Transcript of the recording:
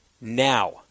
now